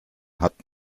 hat